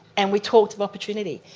and we talked of opportunity.